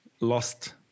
lost